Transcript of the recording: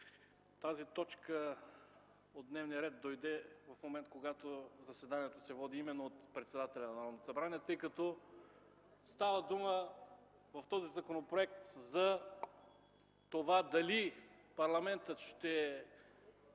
тази точка от дневния ред дойде в момент, когато заседанието се води именно от председателя на Народното събрание, тъй като в този законопроект става дума за това дали парламентът ще